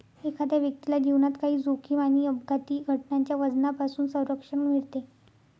एखाद्या व्यक्तीला जीवनात काही जोखीम आणि अपघाती घटनांच्या वजनापासून संरक्षण मिळते